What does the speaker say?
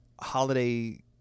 holiday